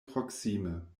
proksime